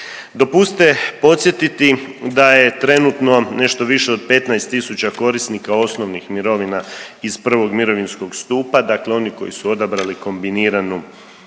Dopustite podsjetiti da je trenutno nešto više od 15 tisuća korisnika osnovnih mirovina iz 1. mirovinskog stupa, dakle oni koji su odabrali kombiniranu